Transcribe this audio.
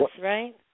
right